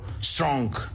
strong